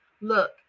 Look